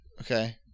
Okay